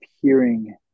hearing